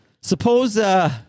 Suppose